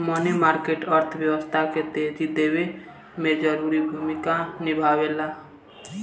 मनी market अर्थव्यवस्था के तेजी देवे में जरूरी भूमिका निभावेला